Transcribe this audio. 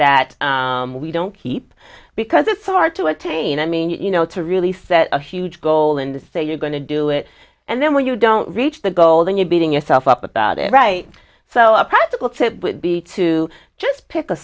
that we don't keep because it's hard to attain i mean you know to really set a huge goal in the say you're going to do it and then when you don't reach the goal then you're beating yourself up about it right so a credible tip would be to just pick a